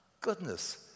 goodness